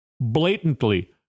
blatantly